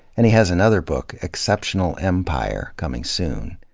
and he has another book, exceptional empire, coming soon.